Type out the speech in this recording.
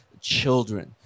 children